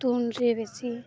ତୁନରେ ବେଶୀ